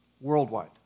worldwide